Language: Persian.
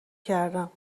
کردم